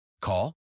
Call